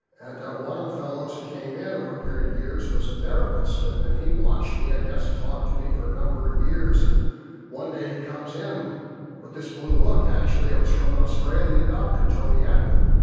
and one of the fellows who came in over a period of years was a therapist and and he watched me i guess and talked to me for a number of years. and one day he comes in with this blue book, actually it was from an australian doctor, tony attwood,